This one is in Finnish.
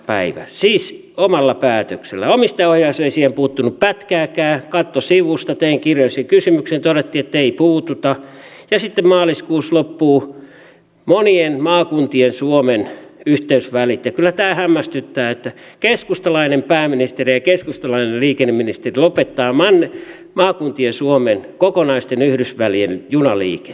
päivä siis omalla päätöksellään omistajaohjaus ei siihen puuttunut pätkääkään katsoi sivusta tein kirjallisen kysymyksen todettiin ettei puututa ja sitten maaliskuussa loppuvat maakuntien suomen monet yhteysvälit suomessa niin kyllä tämä hämmästyttää että keskustalainen pääministeri ja keskustalainen liikenneministeri lopettavat maakuntien suomen kokonaisten yhdysvälien junaliikenteen